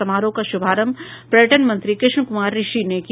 समारोह का शुभारंभ पर्यटन मंत्री कृष्ण कुमार ऋषि ने किया